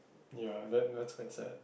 ya then that's quite sad